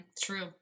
True